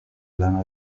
lana